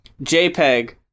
JPEG